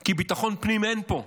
כי ביטחון פנים, אין פה,